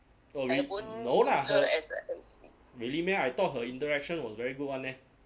oh re~ no lah really meh I thought her interaction was very good [one] eh